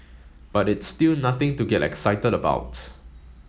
but it's still nothing to get excited about